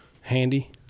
handy